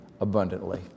abundantly